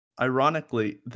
Ironically